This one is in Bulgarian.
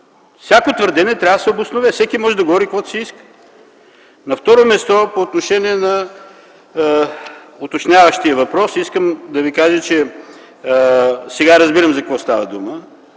Всяко твърдение трябва да се обоснове. Всеки може да говори каквото си иска. На второ място, по отношение на уточняващия въпрос искам да Ви кажа, че сега разбирам за какво става дума.